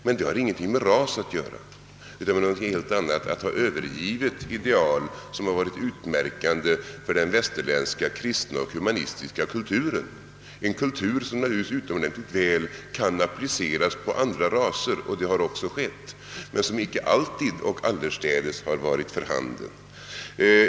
Men det har ingenting med ras att göra utan något helt annat, nämligen övergivandet av ideal som varit utmärkande för den västerländska kristna och humanistiska kulturen, en kultur som naturligtvis utomordentligt väl kan appliceras på andra raser, vilket också har skett, men som icke alltid och allestädes har varit för handen.